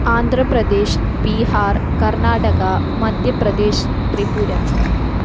Andhra Pradesh Bihar Karnataka Madhya Pradesh Tripura